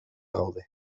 gaude